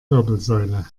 wirbelsäule